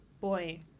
boy